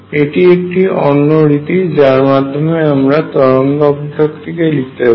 এটি একটি অন্য রীতি যার মাধম্যে আমরা তরঙ্গ অপেক্ষকটিকে লিখতে পারি